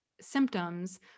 symptoms